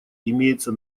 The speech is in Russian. имеется